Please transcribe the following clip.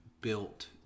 built